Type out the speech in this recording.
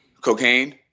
Cocaine